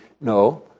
No